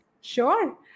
sure